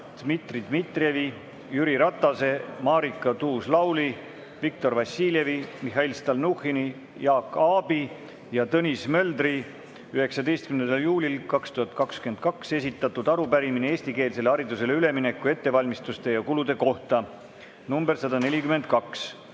Dmitri Dmitrijevi, Jüri Ratase, Marika Tuus-Lauli, Viktor Vassiljevi, Mihhail Stalnuhhini, Jaak Aabi ja Tõnis Möldri 19. juulil 2022 esitatud arupärimine eestikeelsele haridusele ülemineku ettevalmistuste ja kulude kohta (nr 142).